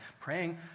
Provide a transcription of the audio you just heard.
praying